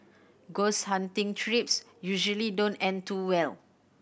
ghost hunting trips usually don't end too well